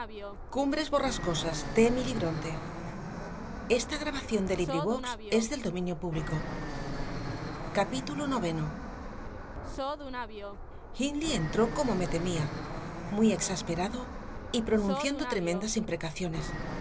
noveno hindley entró como me temía muy exasperado y pronunciando tremendas imprecaciones